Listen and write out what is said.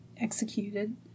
executed